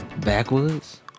Backwoods